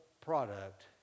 product